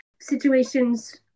situations